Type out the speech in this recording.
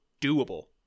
doable